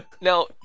now